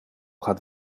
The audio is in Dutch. gaat